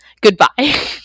goodbye